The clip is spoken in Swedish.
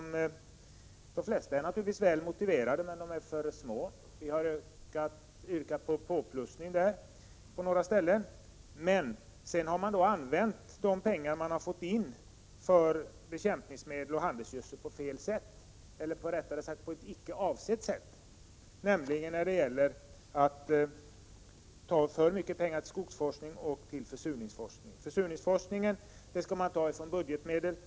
De flesta beloppen är naturligtvis väl motiverade, men de är för små, varför vi i vissa delar har yrkat på en påplussning. De pengar som staten har fått in genom avgifterna på bekämpningsmedel och handelsgödsel har använts på ett icke avsett sätt. För mycket av dessa pengar har nämligen gått till skogsforskning och försurningsforskning. Pengar till försurningsforskningen skall man ta från budgetmedel.